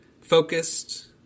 focused